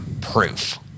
proof